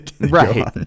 Right